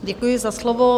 Děkuji za slovo.